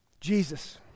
Jesus